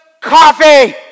coffee